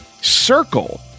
circle